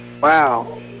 Wow